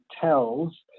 tells